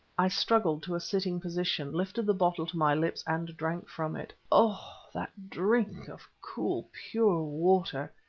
i struggled to a sitting position, lifted the bottle to my lips, and drank from it. oh! that drink of cool, pure water!